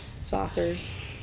saucers